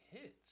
hits